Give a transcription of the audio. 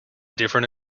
different